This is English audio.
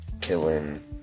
killing